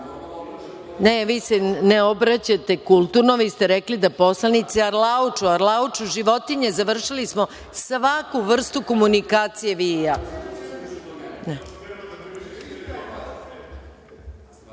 vi se ne obraćate kulturno, rekli ste da poslanici arlauču. Arlauču životinje, završili smo svaku vrstu komunikacije vi i